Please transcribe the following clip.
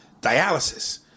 dialysis